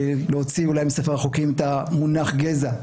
להוציא אולי מספר החוקים את המונח "גזע",